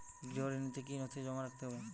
গৃহ ঋণ নিতে কি কি নথি জমা রাখতে হবে?